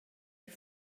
die